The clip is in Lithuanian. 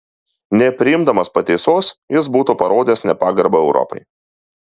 nepriimdamas pataisos jis būtų parodęs nepagarbą europai